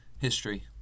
History